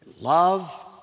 love